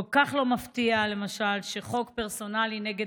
כל כך לא מפתיע למשל שחוק פרסונלי נגד